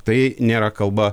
tai nėra kalba